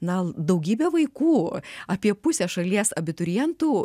na daugybė vaikų apie pusė šalies abiturientų